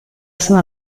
sua